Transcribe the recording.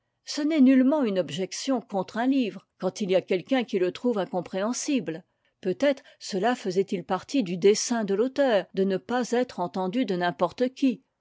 n'est nullement une objection contre un livre quand il y a quelqu'un qui le trouve incompréhensible peut-être cela faisait-il partie du dessein de l'auteur de ne pas être entendu de n'importe qui